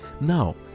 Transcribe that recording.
now